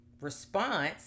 response